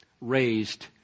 raised